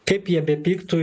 kaip jie bepyktų